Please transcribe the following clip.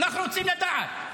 אנחנו רוצים לדעת.